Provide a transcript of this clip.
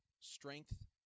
strength